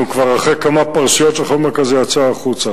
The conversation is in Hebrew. אנחנו כבר אחרי כמה פרשיות שחומר כזה יצא החוצה.